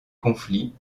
conflits